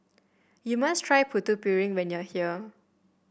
you must try Putu Piring when you are here